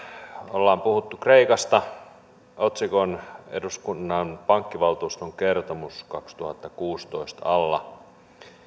on puhuttu kreikasta otsikon eduskunnan pankkivaltuuston kertomus kaksituhattakuusitoista alla